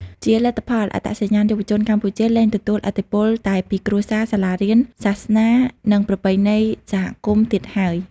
ជាលទ្ធផល អត្តសញ្ញាណយុវជនកម្ពុជាលែងទទួលឥទ្ធិពលតែពីគ្រួសារ សាលារៀន សាសនា និងប្រពៃណីសហគមន៍ទៀតហើយ។